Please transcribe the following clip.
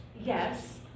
Yes